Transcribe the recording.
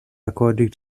according